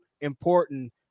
important